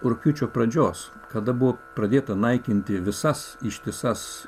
rugpjūčio pradžios kada buvo pradėta naikinti visas ištisas